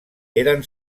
eren